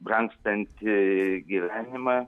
brangstantį gyvenimą